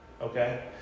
Okay